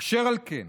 אשר על כן,